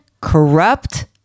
corrupt